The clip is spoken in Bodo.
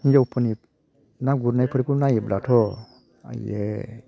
हिन्जावफोरनि ना गुरनायफोरखौ नायोब्लाथ' आयै